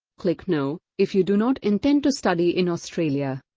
click no if you do not intend to study in australia